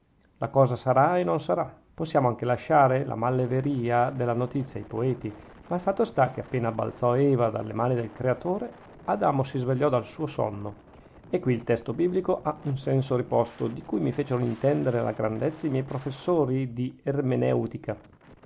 la cosa sarà e non sarà possiamo anche lasciare la malleveria della notizia ai poeti ma il fatto sta che appena balzò eva dalle mani del creatore adamo si svegliò dal suo sonno e qui il testo biblico ha un senso riposto di cui mi fecero intendere la grandezza i miei professori di ermeneutica la